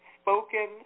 spoken